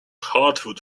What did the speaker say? hardwood